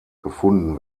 gefunden